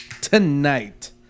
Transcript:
tonight